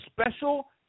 special